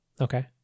Okay